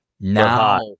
now